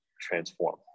transform